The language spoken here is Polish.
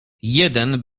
jeden